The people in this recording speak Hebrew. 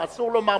מה אסור לומר,